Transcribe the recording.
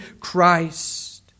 Christ